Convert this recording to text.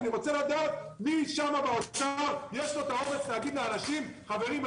אני רוצה לדעת מי שם באוצר יש לו את האומץ להגיד לאנשים: חברים,